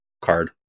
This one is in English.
card